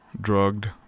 drugged